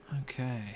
Okay